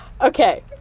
Okay